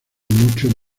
mucho